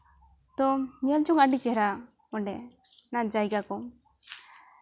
ᱛᱚ ᱧᱮᱞ ᱡᱚᱝ ᱟᱹᱰᱤ ᱪᱮᱦᱨᱟ ᱚᱸᱰᱮ ᱚᱱᱟ ᱡᱟᱭᱜᱟ ᱠᱚ